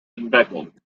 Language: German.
entwickeln